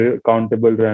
accountable